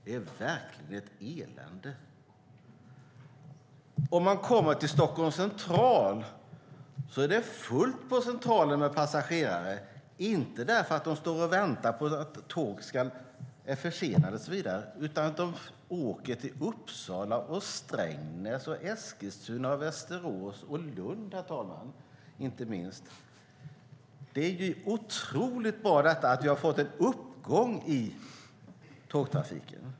Det är verkligen ett elände! På Stockholms central är det fullt med passagerare, inte för att de står och väntar på försenade tåg utan för att de ska åka till Uppsala, Strängnäs, Eskilstuna, Västerås och inte minst Lund. Det är otroligt bara detta att vi har fått en uppgång i tågtrafiken.